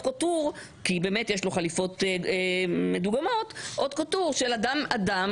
בהוט קוטור - כי באמת יש לו חליפות מדוגמות של אדם-אדם